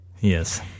Yes